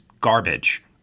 garbage